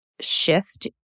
shift